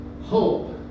Hope